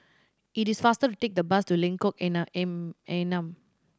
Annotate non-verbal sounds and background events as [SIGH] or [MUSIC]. it is faster to take the bus to Lengkok [UNINTELLIGIBLE] Enam